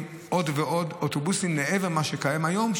עוד ועוד אוטובוסים מעבר למה שקיים היום,